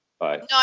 No